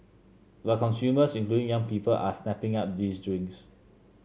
but consumers including young people are snapping up these drinks